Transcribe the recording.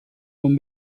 con